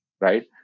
right